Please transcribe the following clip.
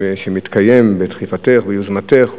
שמתקיים בדחיפתך וביוזמתך.